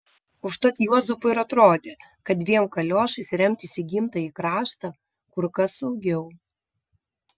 užtat juozapui ir atrodė kad dviem kaliošais remtis į gimtąjį kraštą kur kas saugiau